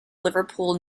liverpool